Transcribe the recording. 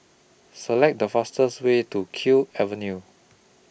Select The fastest Way to Kew Avenue